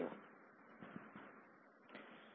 તે આ વીડિયો છે ઠીક છે